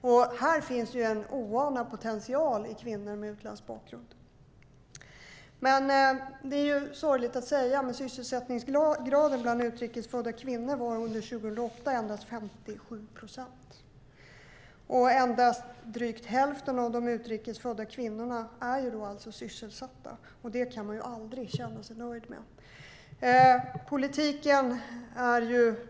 Och här finns en oanad potential i kvinnor med utländsk bakgrund. Det är sorgligt att säga, men sysselsättningsgraden bland utrikes födda kvinnor var under 2008 endast 57 procent. Endast drygt hälften av de utrikes födda kvinnorna är alltså sysselsatta, och det kan man aldrig känna sig nöjd med.